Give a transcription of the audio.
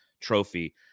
trophy